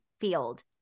field